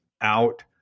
out